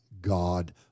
God